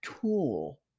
tool